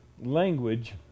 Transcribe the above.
language